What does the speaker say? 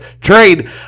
trade